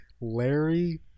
Larry